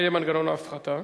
מה יהיה מנגנון ההפחתה?